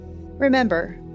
Remember